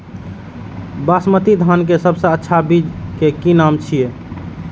बासमती धान के सबसे अच्छा बीज के नाम की छे?